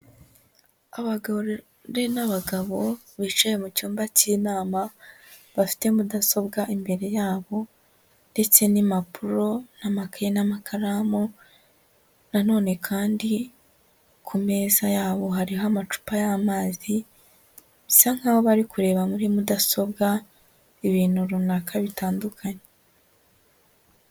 Abagore n'abagabo bicaye mu cyumba cy'inama, bafite mudasobwa imbere yabo ndetse n'impapuro n'amakaye n'amakaramu na none kandi ku meza yabo hariho amacupa y'amazi, bisa nkaho bari kureba muri mudasobwa ibintu runaka bitandukanye.